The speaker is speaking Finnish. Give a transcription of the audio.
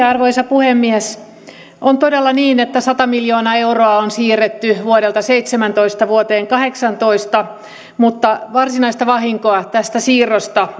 arvoisa puhemies on todella niin että sata miljoonaa euroa on siirretty vuodelta seitsemäntoista vuoteen kahdeksantoista mutta varsinaista vahinkoa tästä siirrosta